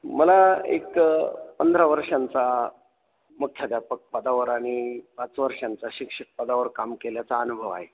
मला एक पंधरा वर्षांचा मुख्याध्यापक पदावर आणि पाच वर्षांचा शिक्षक पदावर काम केल्याचा अनुभव आहे